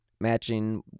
matching